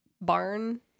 barn